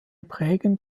prägend